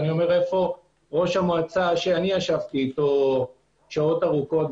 אני שואל: איפה ראש המועצה שאני ישבתי אתו שעות ארוכות,